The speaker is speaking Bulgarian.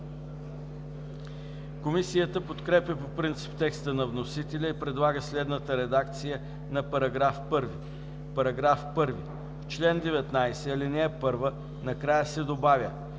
Комисията подкрепя по принцип текста на вносителя и предлага следната редакция на § 1: „§ 1. В чл. 19, ал. 1 накрая се добавя